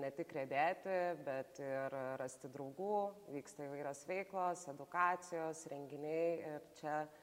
ne tik riedėti bet ir rasti draugų vyksta įvairios veiklos edukacijos renginiai ir čia